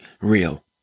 real